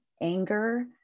anger